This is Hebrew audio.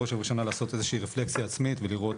בראש ובראשונה לעשות איזושהי רפלקציה עצמית ולבדוק,